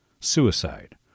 suicide